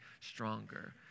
stronger